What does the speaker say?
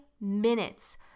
minutes